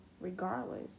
regardless